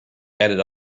added